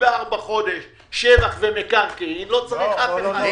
24 חודש שבח ומקרקעין - לא צריך אף אחד.